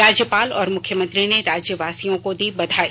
राज्यपाल और मुख्यमंत्री ने राज्यवासियों को दी बधाई